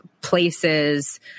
places